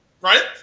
Right